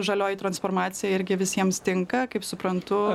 žalioji transformacija irgi visiems tinka kaip suprantu